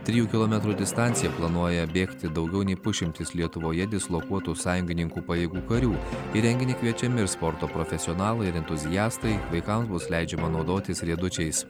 trijų kilometrų distanciją planuoja bėgti daugiau nei pusšimtis lietuvoje dislokuotų sąjungininkų pajėgų karių į renginį kviečiami ir sporto profesionalai ir entuziastai vaikams bus leidžiama naudotis riedučiais